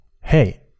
hey